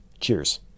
Cheers